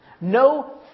No